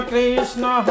Krishna